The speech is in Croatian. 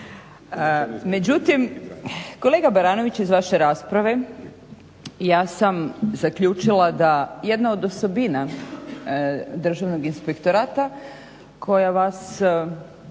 Međutim kolega Baranović, iz vaše rasprave ja sam zaključila da jedna od osobina Državnog inspektorata koja vas